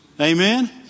Amen